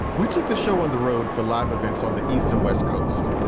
we took the show on the road for live events on the east and west coast.